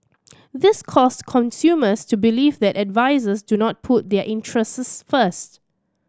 this caused consumers to believe that advisers do not put their interests first